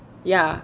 ya